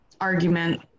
argument